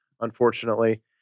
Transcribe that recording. unfortunately